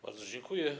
Bardzo dziękuję.